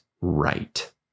right